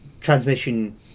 transmission